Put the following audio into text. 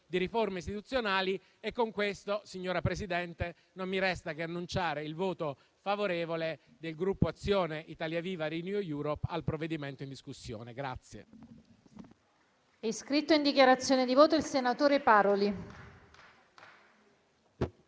di riforme istituzionali. Con questo, signor Presidente, non mi resta che annunciare il voto favorevole del Gruppo Azione-Italia Viva-RenewEurope al provvedimento in discussione.